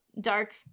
dark